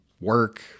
work